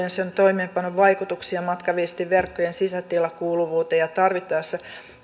ja sen toimeenpanon vaikutuksia matkaviestinverkkojen sisätilakuuluvuuteen ja tarvittaessa